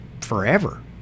forever